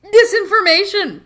disinformation